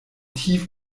tief